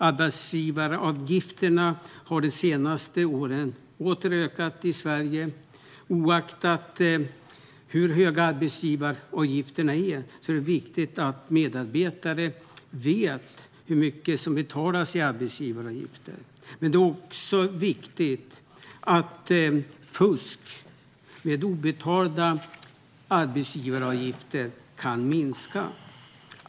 Arbetsgivaravgifterna har de senaste åren åter ökat i Sverige. Oavsett hur höga arbetsgivaravgifter vi har är det viktigt att arbetstagare vet hur mycket som betalas i arbetsgivaravgifter. Det är också viktigt att fusk med obetalda arbetsgivaravgifter kan minska.